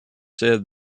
said